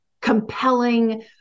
compelling